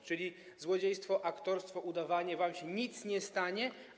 A więc złodziejstwo, aktorstwo, udawanie - wam się nic nie stanie.